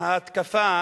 ההתקפה